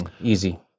Easy